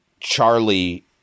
Charlie